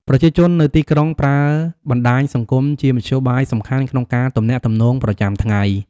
ប្រជាជននៅទីក្រុងប្រើបណ្ដាញសង្គមជាមធ្យោបាយសំខាន់ក្នុងការទំនាក់ទំនងប្រចាំថ្ងៃ។